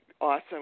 awesome